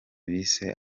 bise